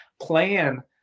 plan